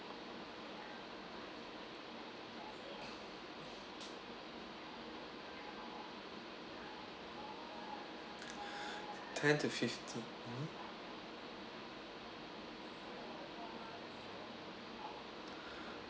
ten to fifteen